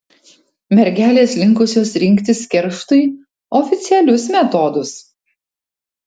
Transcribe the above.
mergelės linkusios rinktis kerštui oficialius metodus